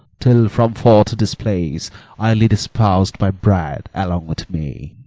till from forth this place i lead espous'd my bride along with me.